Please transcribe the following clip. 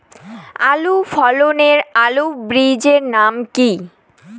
ভালো ফলনের আলুর বীজের নাম কি?